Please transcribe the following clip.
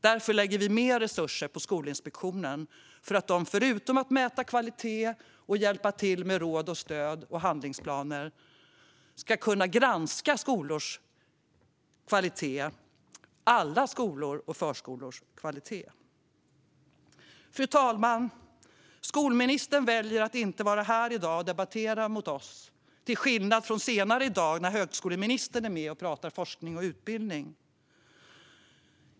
Därför lägger vi mer resurser på Skolinspektionen så att den, förutom att hjälpa till med råd, stöd och handlingsplaner, ska kunna granska alla skolors och förskolors kvalitet. Fru talman! Skolministern väljer att inte vara här i dag och debattera mot oss, till skillnad från senare i dag när högskoleministern är med och pratar forskning och utbildning.